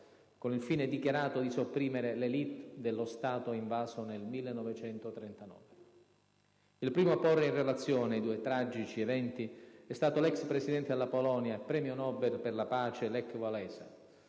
con il fine dichiarato di sopprimere l'*élite* dello Stato invaso nel 1939. Il primo a porre in relazione i due tragici eventi è stato l'ex presidente della Polonia e premio Nobel per la pace Lech Walesa,